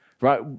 right